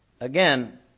Again